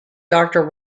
doctor